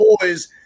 boys –